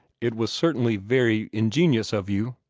it was certainly very ingenious of you,